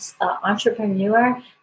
entrepreneur